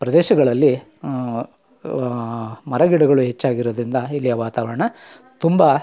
ಪ್ರದೇಶಗಳಲ್ಲಿ ಮರಗಿಡಗಳು ಹೆಚ್ಚಾಗಿರೋದ್ರಿಂದ ಇಲ್ಲಿಯ ವಾತಾವರಣ ತುಂಬ